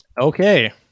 Okay